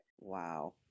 Wow